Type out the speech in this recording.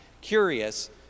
curious